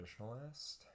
traditionalist